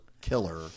killer